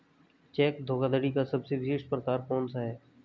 Check धोखाधड़ी का सबसे विशिष्ट प्रकार कौन सा है?